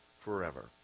forever